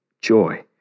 joy